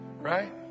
Right